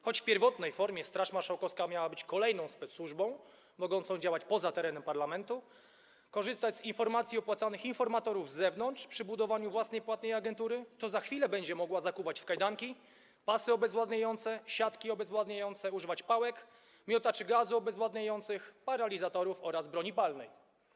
Choć w pierwotnej formie Straż Marszałkowska miała być kolejną specsłużbą mogącą działać poza terenem parlamentu, korzystać z informacji opłacanych informatorów z zewnątrz przy budowaniu własnej, płatnej agentury, to za chwilę będzie mogła zakuwać w kajdanki, zakładać pasy obezwładniające, siatki obezwładniające, używać pałek, miotaczy gazów obezwładniających, paralizatorów oraz broni palnej.